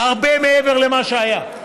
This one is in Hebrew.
הרבה מעבר למה שהיה.